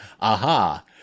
aha